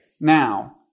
Now